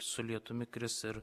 su lietumi kris ir